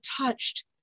touched